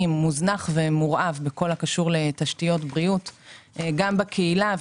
יש כספים שעוברים בלי החלטת ממשלה.